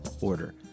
order